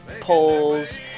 polls